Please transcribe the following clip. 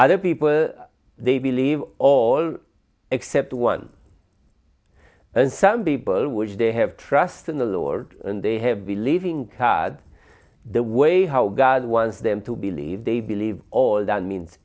other people they believe all except one and some people which they have trust in the lord and they have believing god the way how god wants them to believe they believe all that means